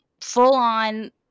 full-on